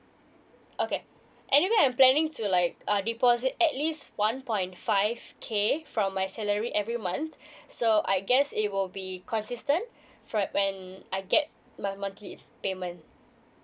okay anyway I'm planning to like uh deposit at least one point five k from my salary every month so I guess it will be consistent from when I get my monthly payment